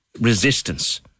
resistance